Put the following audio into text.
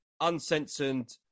Uncensored